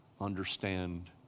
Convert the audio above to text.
understand